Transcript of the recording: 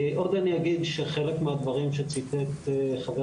עוד אני אגיד שחלק מהדברים שציטט חבר